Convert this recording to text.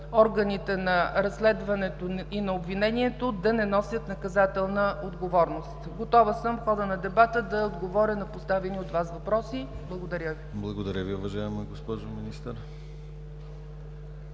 органите на разследването и на обвинението, да не носят наказателна отговорност. Готова съм в хода на дебата да отговоря на поставени от Вас въпроси. Благодаря Ви. ПРЕДСЕДАТЕЛ ДИМИТЪР ГЛАВЧЕВ: Благодаря Ви, уважаема госпожо Министър.